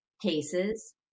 cases